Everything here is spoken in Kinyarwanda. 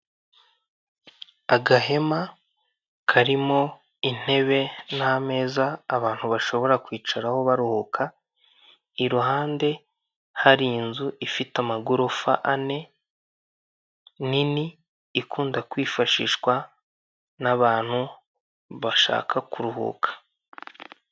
Agahema karimo intebe n'ameza abantu bashobora kwicaraho baruhuka, iruhande hari inzu ifite amagorofa ane nini ikunda kwifashishwa n'abantu bashaka kuruhuka.